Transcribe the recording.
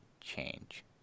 change